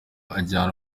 ajyana